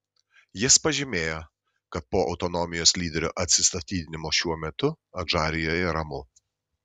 jis pažymėjo kad po autonomijos lyderio atsistatydinimo šiuo metu adžarijoje ramu